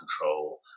control